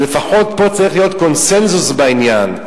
שלפחות פה צריך להיות קונסנזוס בעניין.